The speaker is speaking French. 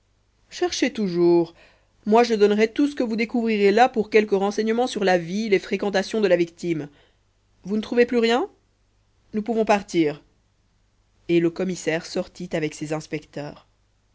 cherchez toujours moi je donnerais tout ce que vous découvrirez là pour quelques renseignements sur la vie les fréquentations de la victime vous ne trouvez plus rien nous pouvons partir et le commissaire sortit avec ses inspecteurs